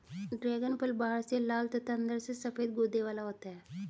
dragon फल बाहर से लाल तथा अंदर से सफेद गूदे वाला होता है